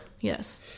yes